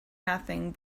nothing